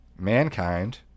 Mankind